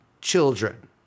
children